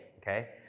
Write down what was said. okay